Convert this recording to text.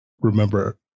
remember